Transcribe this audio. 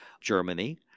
Germany